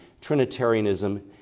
Trinitarianism